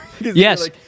Yes